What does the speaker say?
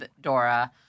Dora